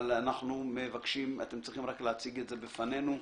אתם צריכים רק להציג את זה בפנינו.